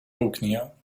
bokningar